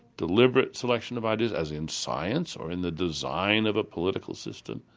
deliberate selection of ideas as in science or in the design of a political system.